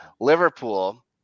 Liverpool